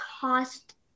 cost